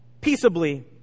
peaceably